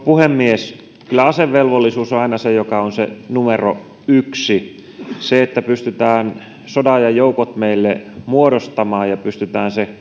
puhemies kyllä asevelvollisuus on aina se joka on se numero yksi se että pystytään sodanajan joukot meille muodostamaan ja että pystytään